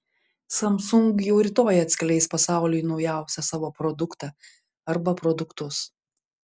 samsung jau rytoj atskleis pasauliui naujausią savo produktą arba produktus